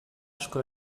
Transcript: asko